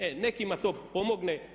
E nekima to pomogne.